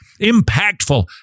impactful